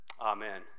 Amen